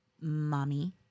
mommy